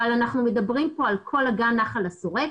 אנחנו מדברים כאן על כל אגן נחל השורק.